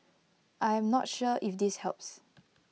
I am not sure if this helps